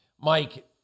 Mike